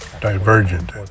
divergent